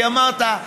כי אמרת: